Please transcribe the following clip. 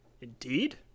Indeed